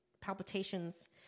palpitations